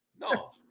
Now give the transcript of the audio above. no